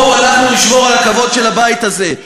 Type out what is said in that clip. בואו אנחנו נשמור על הכבוד של הבית הזה.